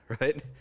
right